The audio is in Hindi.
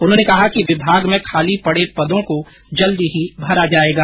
उन्होंने कहा कि विभाग में खाली पड़े पदों को शीघ भरा जाएगा